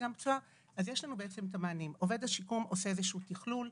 עובד השיקום עושה תחלול,